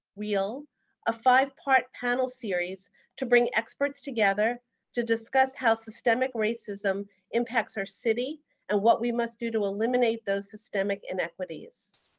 a five part panel series to bring experts together to discuss how systemic racism impacts our city and what we must do to eliminate those systemic inequities.